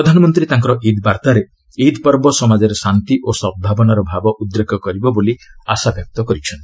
ପ୍ରଧାନମନ୍ତ୍ରୀ ତାଙ୍କର ଇଦ୍ ବାର୍ତ୍ତାରେ ଇଦ୍ ପର୍ବ ସମାଜରେ ଶାନ୍ତି ଓ ସଦ୍ଭାବନାର ଭାବ ଉଦ୍ରେକ କରିବ ବୋଲି ଆଶାବ୍ୟକ୍ତ କରିଛନ୍ତି